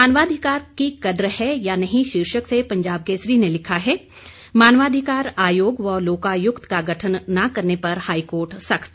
मानवाधिकार की कद्र है या नहीं शीर्षक से पंजाब केसरी ने लिखा है मानवाधिकार आयोग व लोकायुक्त का गठन न करने पर हाईकोर्ट सख्त